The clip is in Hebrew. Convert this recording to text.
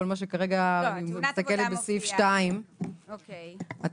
כל מה שכרגע אני מסתכלת בסעיף 2. את